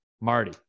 Marty